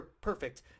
perfect